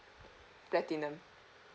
platinum